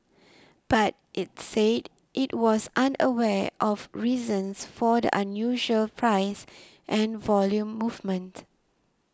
but it said it was unaware of reasons for the unusual price and volume movement